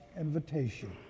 invitation